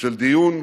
של דיון,